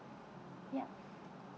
yup